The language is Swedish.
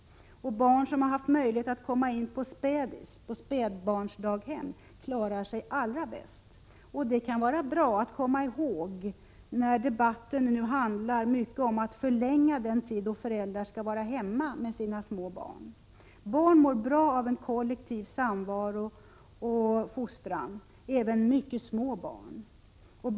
De barn som har haft möjlighet att komma in på spädis, spädbarnsdaghem, klarar sig allra bäst. Det kan vara bra att komma ihåg, när debatten nu handlar mycket om att förlänga den tid då föräldrar skall vara hemma med sina små barn. Barn mår bra av en kollektiv samvaro och fostran — även mycket små barn.